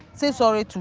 say sorry to